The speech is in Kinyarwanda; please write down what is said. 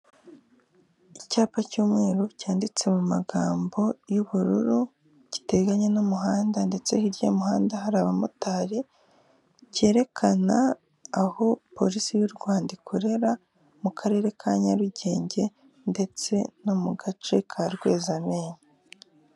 Icyapa cy'umweru cyanditse mu magambo y'ubururu giteganye n'umuhanda ndetse hirya y'umuhanda hari abamotari, cyerekana aho polisi y'u Rwanda ikorera mu karere ka Nyarugenge ndetse no mu gace ka Rwezamenyo.